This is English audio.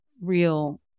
real